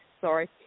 sorry